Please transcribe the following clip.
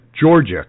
Georgia